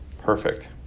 Perfect